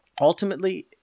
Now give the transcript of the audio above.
ultimately